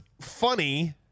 funny